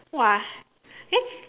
!wah! then